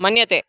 मन्यते